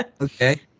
Okay